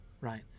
right